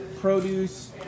produce